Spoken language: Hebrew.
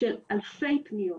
של אלפי פניות.